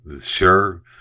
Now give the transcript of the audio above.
Sure